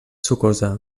sucosa